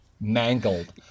mangled